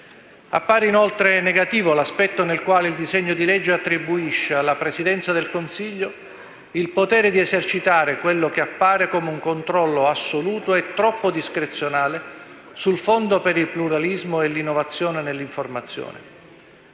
Appare inoltre negativo l'aspetto nel quale il disegno di legge attribuisce alla Presidenza del Consiglio il potere di esercitare quello che appare come un controllo assoluto e troppo discrezionale sul Fondo per il pluralismo e l'innovazione nell'informazione.